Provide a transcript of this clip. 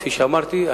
כפי שאמרתי,